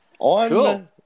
Cool